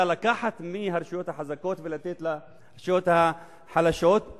לקחת מהרשויות החזקות ולתת לרשויות החלשות.